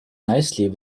nicely